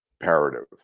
imperative